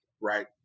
right